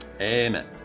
amen